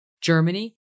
Germany